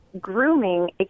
grooming